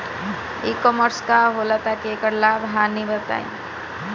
ई कॉमर्स का होला तनि एकर लाभ हानि बताई?